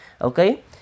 Okay